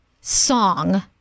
song